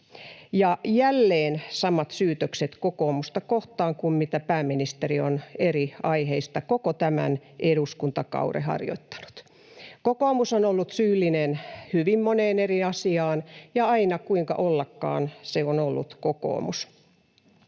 ja jälleen samat syytökset kokoomusta kohtaan kuin mitä pääministeri on eri aiheista koko tämän eduskuntakauden harjoittanut. Kokoomus on ollut syyllinen hyvin moneen eri asiaan, ja aina, kuinka ollakaan, se on ollut kokoomus.